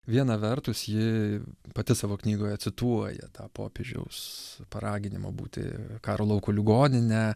viena vertus ji pati savo knygoje cituoja tą popiežiaus paraginimą būti karo lauko ligonine